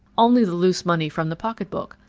only the loose money from the pocketbook.